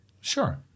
Sure